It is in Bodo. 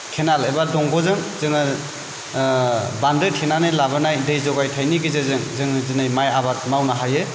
केनेल एबा दंग'जों जोङो बान्दो थेनानै लाबोनाय दै जगायथायनि गेजेरजों जोङो दिनै माइ आबाद मावनो हायो